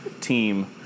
team